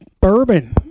bourbon